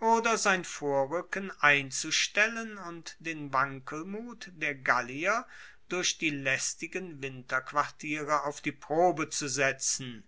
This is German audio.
oder sein vorruecken einzustellen und den wankelmut der gallier durch die laestigen winterquartiere auf die probe zu setzen